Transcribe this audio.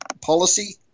policy